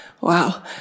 Wow